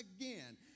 again